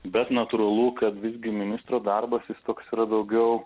bet natūralu kad visgi ministro darbas jis toks yra daugiau